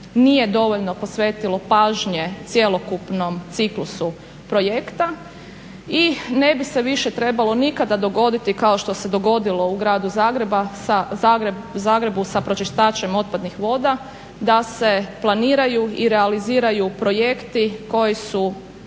nije dovoljno posvetilo pažnje cjelokupnom ciklusu projekta. I ne bi se više trebalo nikada dogoditi kao što se dogodilo u gradu Zagrebu sa pročistačem otpadnih voda da se planiraju i realiziraju projekti koji su